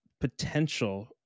potential